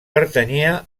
pertanyia